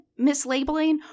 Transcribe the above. mislabeling